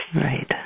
Right